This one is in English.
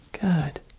Good